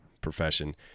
profession